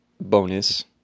bonus